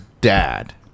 dad